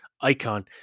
icon